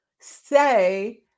say